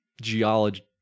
geology